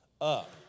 up